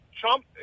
Trump